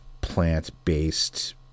plant-based